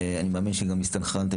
אני מאמין שגם הסתנכרנתם,